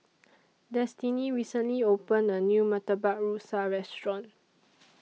Destini recently opened A New Murtabak Rusa Restaurant